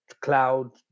cloud